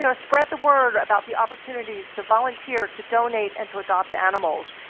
you know spread the word about the opportunities to volunteer, to donate, and to adopt animals.